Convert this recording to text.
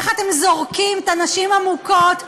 איך אתם זורקים את הנשים המוכות,